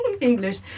English